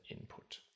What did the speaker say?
input